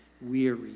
weary